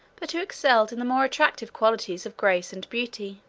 but who excelled in the more attractive qualities of grace and beauty.